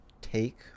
take